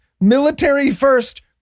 military-first